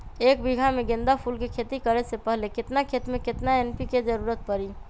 एक बीघा में गेंदा फूल के खेती करे से पहले केतना खेत में केतना एन.पी.के के जरूरत परी?